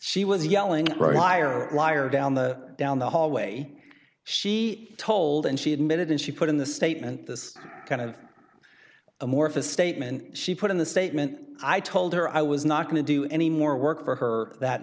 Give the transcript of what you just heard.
she was yelling right liar liar down the down the hallway she told and she admitted and she put in the statement this kind of amorphous statement she put in the statement i told her i was not going to do any more work for her that